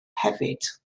hefyd